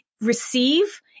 receive